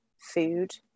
food